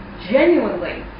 genuinely